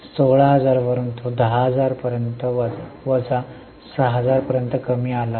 16000 वरून ते 10000 वजा 6000 पर्यंत कमी झाले आहे